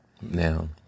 Now